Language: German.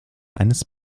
eines